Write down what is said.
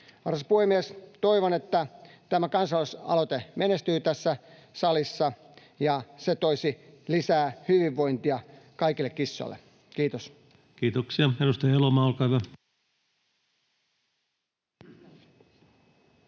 Arvoisa puhemies! Toivon, että tämä kansalaisaloite menestyy tässä salissa ja se toisi lisää hyvinvointia kaikille kissoille. — Kiitos. Kiitoksia. — Edustaja Elomaa, olkaa hyvä.